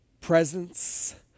presence